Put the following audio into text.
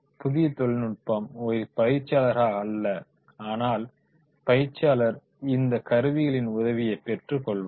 புதிய தொழில்நுட்பம் ஒரு பயிற்சியாளர் அல்ல ஆனால் பயிற்சியாளர் இந்தக் கருவிகளின் உதவியைப் பெற்று கொள்வார்